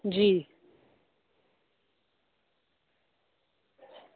जी